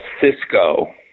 Cisco